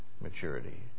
maturity